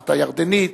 המשלחת הירדנית,